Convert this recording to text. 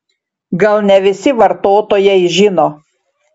gal ne visi vartotojai žino